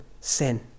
sin